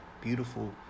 beautiful